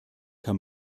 kann